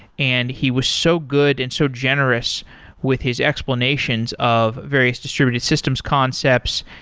and he was so good and so generous with his explanations of various distributed systems concepts.